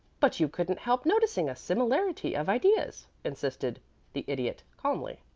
but you couldn't help noticing a similarity of ideas? insisted the idiot, calmly.